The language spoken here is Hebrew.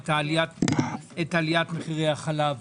את עליית מחירי החלב.